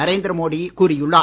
நரேந்திர மோடி கூறியுள்ளார்